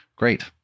Great